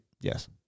Yes